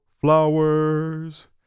Flowers